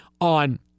on